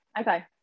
Okay